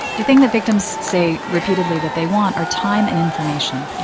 the thing the victims say repeatedly that they want are time and information.